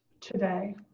today